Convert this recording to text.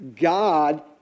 God